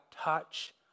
touch